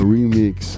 Remix